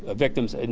ah victims, and